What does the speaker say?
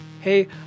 Hey